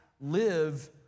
live